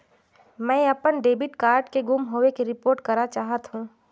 मैं अपन debit card के गुम होवे के रिपोर्ट करा चाहत हों